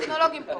מהטכנולוגים פה.